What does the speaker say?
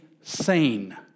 sane